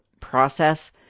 process